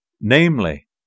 namely